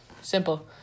Simple